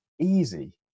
easy